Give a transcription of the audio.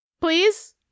Please